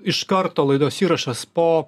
iš karto laidos įrašas po